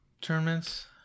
tournaments